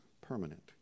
permanent